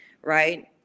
right